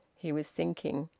he was thinking.